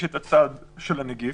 יש את הצד של הנגיף,